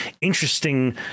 interesting